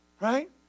Right